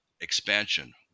expansion